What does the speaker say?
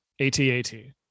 ATAT